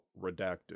redacted